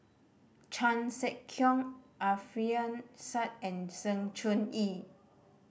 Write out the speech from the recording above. Chan Sek Keong Alfian Sa'at and Sng Choon Yee